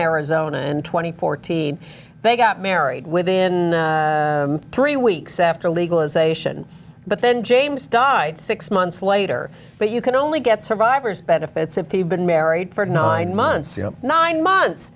arizona and two thousand and fourteen they got married within three weeks after legalization but then james died six months later but you can only get survivor's benefits if you've been married for nine months nine months